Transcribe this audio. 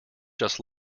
just